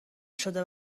شده